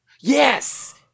Yes